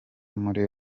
muri